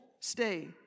Stay